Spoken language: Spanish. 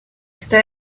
este